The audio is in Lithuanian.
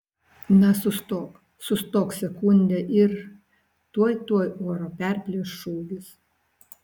na sustok sustok sekundę ir tuoj tuoj orą perplėš šūvis